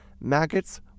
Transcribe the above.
maggots